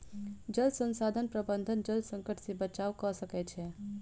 जल संसाधन प्रबंधन जल संकट से बचाव कअ सकै छै